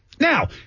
now